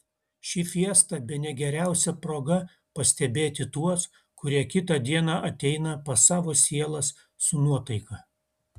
ši fiesta bene geriausia proga pastebėti tuos kurie kitą dieną ateina pas savo sielas su nuotaika